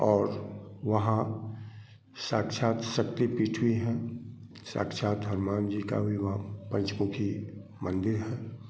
और वहाँ साक्षात सक्ति पीठ भी हैं साक्षात हनुमान जी का भी वहाँ पंचमुखी मंदिर है